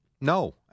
no